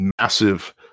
massive